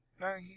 no